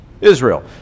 Israel